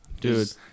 Dude